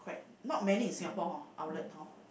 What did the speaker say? right not many in Singapore hor outlets hor